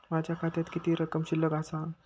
माझ्या खात्यात किती रक्कम शिल्लक आसा?